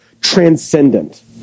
transcendent